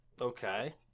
okay